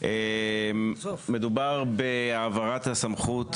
פה אני משתמש במשהו שהוא תיקון